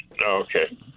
Okay